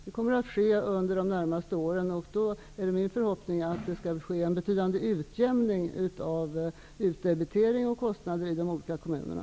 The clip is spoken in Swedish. Det kommer att ske under de närmaste åren, och då är det min förhoppning att det skall ske en betydande utjämning av utdebitering och kostnader i de olika kommunerna.